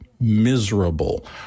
miserable